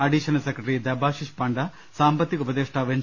additional secretary Debashish Panda സാമ്പത്തിക ഉപ ദേഷ്ടാവ് എൻ